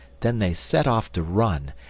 then they set off to run,